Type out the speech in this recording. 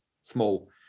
small